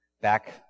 back